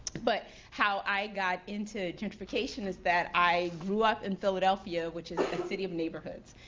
but how i got into gentrification is that i grew up in philadelphia, which is a city of neighborhoods.